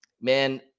man